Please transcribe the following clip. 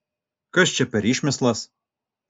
kas čia per išmislas